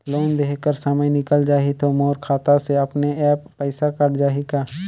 Loan देहे कर समय निकल जाही तो मोर खाता से अपने एप्प पइसा कट जाही का?